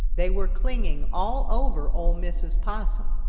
they were clinging all over ol' mrs. possum.